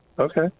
Okay